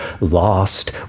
lost